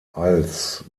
als